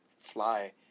fly